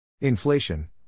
Inflation